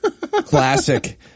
Classic